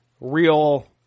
real